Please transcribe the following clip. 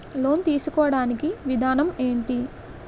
Loan తీసుకోడానికి విధానం ఏంటి?